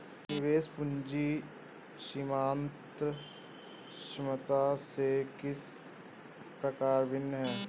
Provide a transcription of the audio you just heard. निवेश पूंजी सीमांत क्षमता से किस प्रकार भिन्न है?